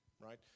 Right